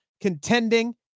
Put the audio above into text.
contending